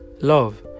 love